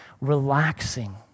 relaxing